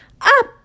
up